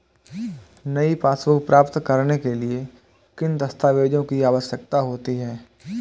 नई पासबुक प्राप्त करने के लिए किन दस्तावेज़ों की आवश्यकता होती है?